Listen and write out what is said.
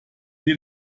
den